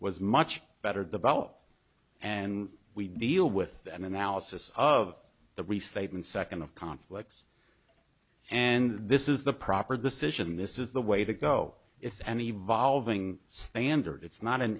was much better developed and we deal with an analysis of the restatement second of conflicts and this is the proper decision this is the way to go it's an evolving standard it's not an